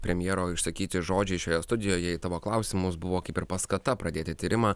premjero išsakyti žodžiai šioje studijoje į tavo klausimus buvo kaip ir paskata pradėti tyrimą